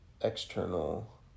external